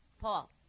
Paul